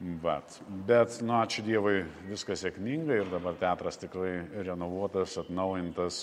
vat bet nu ačiū dievui viskas sėkmingai ir dabar teatras tikrai renovuotas atnaujintas